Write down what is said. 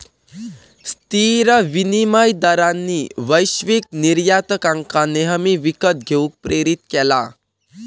स्थिर विनिमय दरांनी वैश्विक निर्यातकांका नेहमी विकत घेऊक प्रेरीत केला